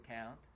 account